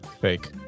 Fake